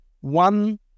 one